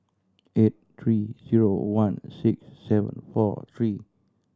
eight three zero one six seven four three